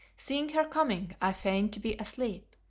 seeing her coming i feigned to be asleep,